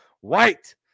White